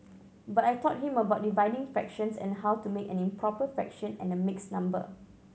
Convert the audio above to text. but I taught him about dividing fractions and how to make an improper fraction and a mixed number